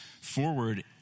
forward